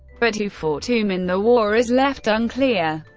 but who fought whom in the war is left unclear.